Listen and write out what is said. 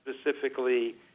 specifically